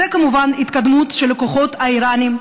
וזה כמובן ההתקדמות של הכוחות האיראניים